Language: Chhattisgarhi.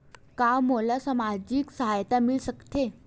का मोला सामाजिक सहायता मिल सकथे?